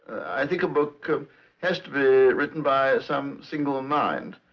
i think a book has to be written by some single mind.